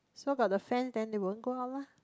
so but the fence then they won't go out lah